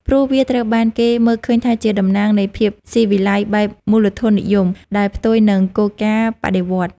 ព្រោះវាត្រូវបានគេមើលឃើញថាជាតំណាងនៃភាពស៊ីវិល័យបែបមូលធននិយមដែលផ្ទុយនឹងគោលការណ៍បដិវត្តន៍។